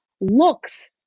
looks